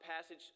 passage